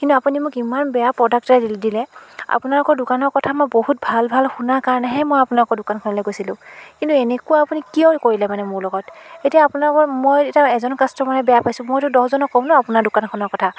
কিন্তু আপুনি মোক ইমান বেয়া প্ৰডাক্ট এটা দিল দিলে আপোনালোকৰ দোকানৰ কথা মই বহুত ভাল ভাল শুনা কাৰণেহে মই আপোনালোকৰ দোকানখনলৈ গৈছিলোঁ কিন্তু এনেকুৱা আপুনি কিয় কৰিলে মানে মোৰ লগত এতিয়া আপোনালোকৰ মই এতিয়া এজন কাষ্টমাৰে বেয়া পাইছোঁ মইতো দহজনক ক'ম ন আপোনাৰ দোকানখনৰ কথা